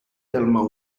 tellement